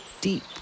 deep